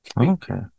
okay